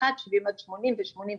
71 עד 80 ו-80 ומעלה,